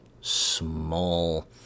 small